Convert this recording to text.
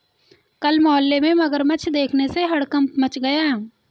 कल मोहल्ले में मगरमच्छ देखने से हड़कंप मच गया